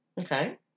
Okay